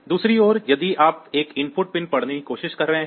दूसरी ओर यदि आप एक इनपुट पिन पढ़ने की कोशिश कर रहे हैं